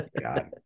God